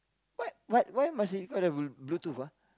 what what why must it call the blue Bluetooth ah